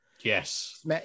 yes